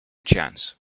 chance